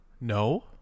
No